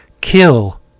kill